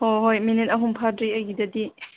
ꯍꯣꯏ ꯍꯣꯏ ꯃꯤꯅꯤꯠ ꯑꯍꯨꯝ ꯐꯥꯗ꯭ꯔꯤ ꯑꯩꯒꯤꯗꯗꯤ